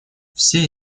все